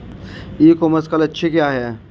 ई commerce का लक्ष्य क्या है?